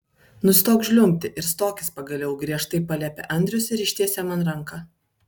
nustok žliumbti ir stokis pagaliau griežtai paliepė andrius ir ištiesė man ranką